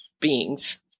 beings